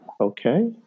Okay